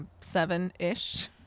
seven-ish